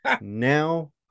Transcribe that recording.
Now